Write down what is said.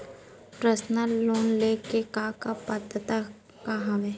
Personal loan ले के का का पात्रता का हवय?